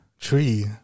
Tree